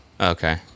Okay